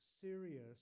serious